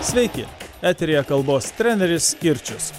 sveiki eteryje kalbos treneris kirčius